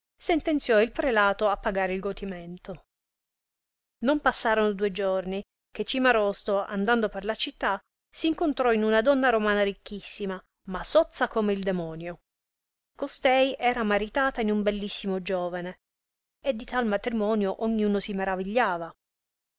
sentenziò il prelato a pagare il godimento non passarono due giorni che cimarosto andando per la città s'incontrò in una donna romana ricchissima ma sozza come il demonio costei era maritata in un bellissimo giovane e di tal matrimonio ogniuno si maravigliava